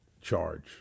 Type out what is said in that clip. charge